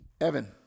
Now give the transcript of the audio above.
Evan